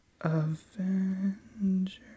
Avengers